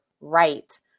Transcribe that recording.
right